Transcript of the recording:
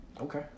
Okay